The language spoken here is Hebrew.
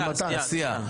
של הסיעה.